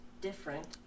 different